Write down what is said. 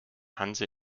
hanse